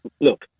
Look